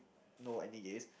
know any gays